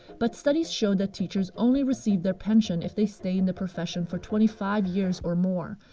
but studies show that teachers only receive their pension if they stay in the profession for twenty five years or more,